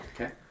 Okay